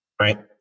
right